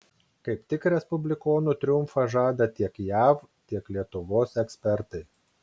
kaip tik respublikonų triumfą žada tiek jav tiek lietuvos ekspertai